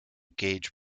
gauge